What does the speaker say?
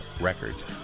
Records